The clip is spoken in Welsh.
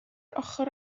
ochr